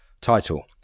title